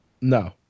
No